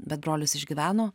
bet brolis išgyveno